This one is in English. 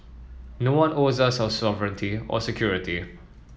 no one owes us our sovereignty or security